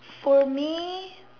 for me